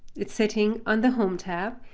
it's sitting on the home tab.